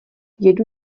jedu